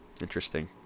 Interesting